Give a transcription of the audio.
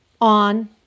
on